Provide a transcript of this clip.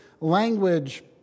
language